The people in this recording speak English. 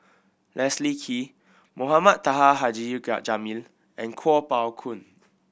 Leslie Kee Mohamed Taha Haji Jamil and Kuo Pao Kun